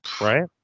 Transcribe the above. right